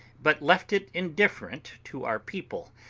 but left it indifferent to our people,